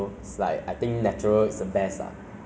but one thing that I want to um